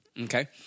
okay